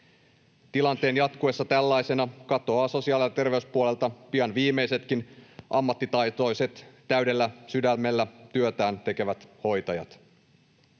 Tilanteen jatkuessa tällaisena katoavat sosiaali- ja terveyspuolelta pian viimeisetkin ammattitaitoiset, täydellä sydämellä työtään tekevät hoitajat.